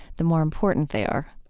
the more important they are.